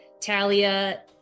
Talia